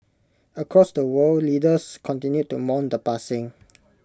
across the world leaders continued to mourn the passing